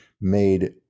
made